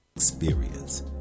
Experience